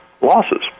losses